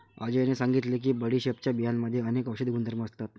अजयने सांगितले की बडीशेपच्या बियांमध्ये अनेक औषधी गुणधर्म असतात